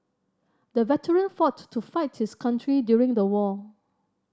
the veteran fought to fight his country during the war